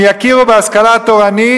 אם יכירו בהשכלה תורנית,